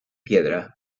piedra